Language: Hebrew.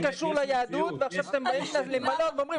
שקשור ליהדות ועכשיו אתם באים למלא ואומרים,